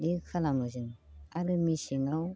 बे खालामो जों आरो मेसेङाव